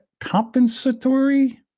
compensatory